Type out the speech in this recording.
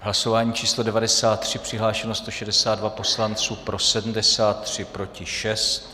Hlasování číslo 93, přihlášeno 162 poslanců, pro 73, proti 6.